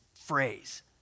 phrase